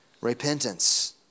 repentance